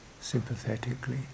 sympathetically